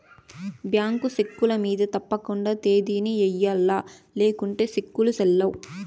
bank చెక్కుల మింద తప్పకండా తేదీని ఎయ్యల్ల లేకుంటే సెక్కులు సెల్లవ్